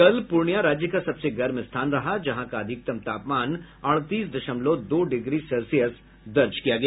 कल पूर्णिया राज्य का सबसे गर्म स्थान रहा जहां का अधिकतम तापमान अड़तीस दशमलव दो डिग्री सेल्सियस दर्ज किया गया